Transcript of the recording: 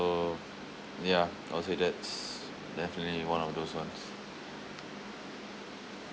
ya I would say that's definitely one of those ones